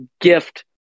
gift